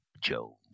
Jones